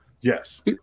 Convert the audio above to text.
Yes